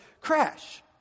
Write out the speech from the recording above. crash